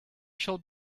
shall